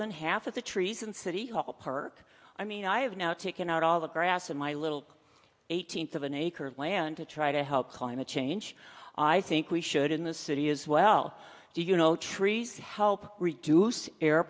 than half of the trees in city hall park i mean i have now taken out all the grass in my little one thousandth of an acre of land to try to help climate change i think we should in the city as well you know trees help reduce air